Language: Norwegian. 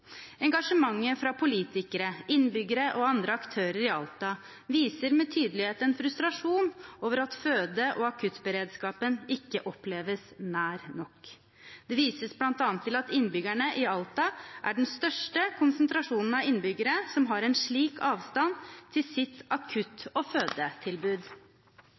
Engasjementet fra politikere, innbyggere og andre aktører i Alta viser med tydelighet en frustrasjon over at føde- og akuttberedskapen ikke oppleves nær nok. Det vises bl.a. til at innbyggerne i Alta er den største konsentrasjonen av innbyggere som har en slik avstand til sitt akutt- og fødetilbud.